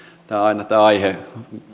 aina tämä aihe kun